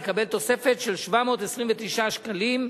יקבל תוספת של 729 שקלים,